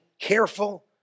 careful